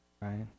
right